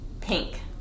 Pink